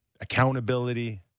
accountability